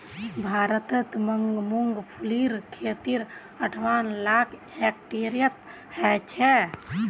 भारतत मूंगफलीर खेती अंठावन लाख हेक्टेयरत ह छेक